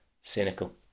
Cynical